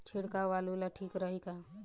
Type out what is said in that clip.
छिड़काव आलू ला ठीक रही का?